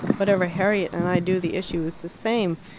whatever harriet and i do the issue is the same.